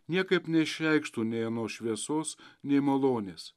niekaip neišreikštų nei anos šviesos nei malonės